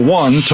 one